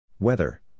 Weather